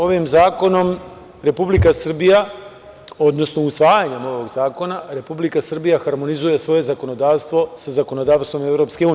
Ovim zakonom Republika Srbija, odnosno usvajanjem ovog zakona Republika Srbija harmonizuje svoje zakonodavstvo sa zakonodavstvom EU.